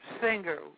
singer